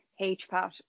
HPAT